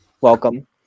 Welcome